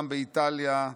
גם באיטליה,